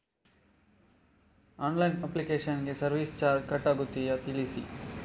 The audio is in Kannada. ಆನ್ಲೈನ್ ಅಪ್ಲಿಕೇಶನ್ ಗೆ ಸರ್ವಿಸ್ ಚಾರ್ಜ್ ಕಟ್ ಆಗುತ್ತದೆಯಾ ತಿಳಿಸಿ?